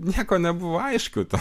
nieko nebuvo aišku to